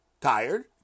tired